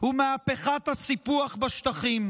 ומהפכת הסיפוח בשטחים.